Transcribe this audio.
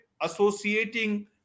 associating